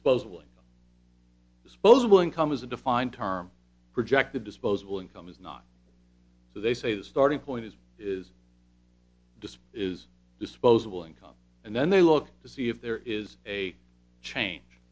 disposable disposable income is a defined term project a disposable income is not so they say the starting point is is displayed is disposable income and then they look to see if there is a change